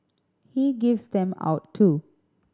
he gives them out too